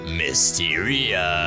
mysteria